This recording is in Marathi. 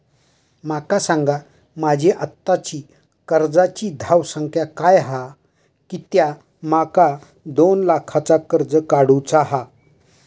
माका सांगा माझी आत्ताची कर्जाची धावसंख्या काय हा कित्या माका दोन लाखाचा कर्ज काढू चा हा?